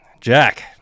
Jack